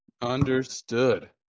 Understood